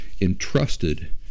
entrusted